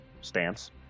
stance